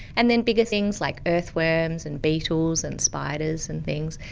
and then bigger things like earthworms and beetles and spiders and things,